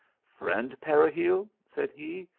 friend peregil, said he,